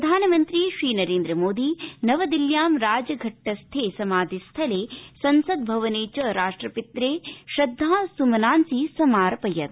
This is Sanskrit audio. प्रधानमन्त्री श्रीनरेन्द्र मोदी नवदिल्ल्यां राजघट्ट स्थे समाधि स्थले संसद भवने च राष्ट्रपित्रे श्रद्धा सुमनांसि समार्पयत्